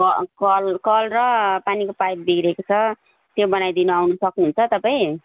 क कल कल र पानीको पाइप बिग्रेको छ त्यो बनाइदिनु आउनु सक्नुहुन्छ तपाईँ